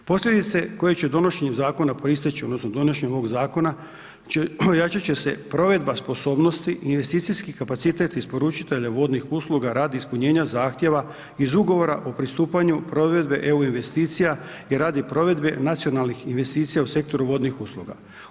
Posljedice koje će donošenjem zakona proisteći, odnosno, donošenjem ovog zakona, ojačati će se provedba sposobnosti, investicijskih kapacitet isporučitelja vodnih usluga, radi ispunjenja zahtjeva iz ugovora o pristupanju provedbe EU investicija i radi provedbe nacionalnih investicija u sektoru vodnih usluga.